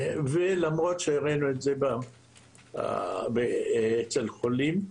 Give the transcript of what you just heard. ולמרות שהראינו את זה אצל חולים,